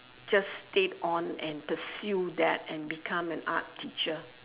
just stayed on and pursue that and become an art teacher